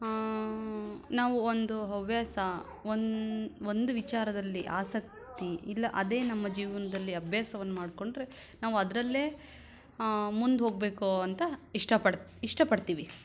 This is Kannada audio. ನಾವು ಒಂದು ಹವ್ಯಾಸ ಒನ್ ಒಂದು ವಿಚಾರದಲ್ಲಿ ಆಸಕ್ತಿ ಇಲ್ಲ ಅದೇ ನಮ್ಮ ಜೀವನದಲ್ಲಿ ಅಭ್ಯಾಸವನ್ನು ಮಾಡಿಕೊಂಡ್ರೆ ನಾವು ಅದರಲ್ಲೇ ಮುಂದೆ ಹೋಗಬೇಕು ಅಂತ ಇಷ್ಟಪಡು ಇಷ್ಟಪಡ್ತೀವಿ